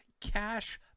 cash